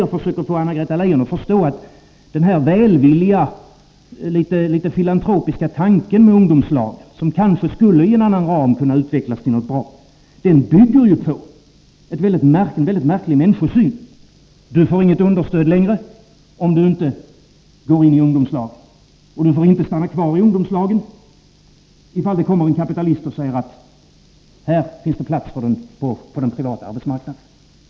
Jag försöker få Anna-Greta Leijon att förstå att den här välvilliga, litet filantropiska tanken med ungdomslag, som kanske i en annan ram skulle kunna utvecklas till något bra, bygger på en väldigt märklig människosyn: Du får inget understöd längre, om du inte går in i ungdomslag, och du får inte stanna kvar i ungdomslag, ifall det kommer en kapitalist och säger att det finns plats på den privata arbetsmarknaden.